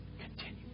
Continue